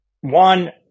One